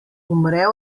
umre